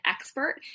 expert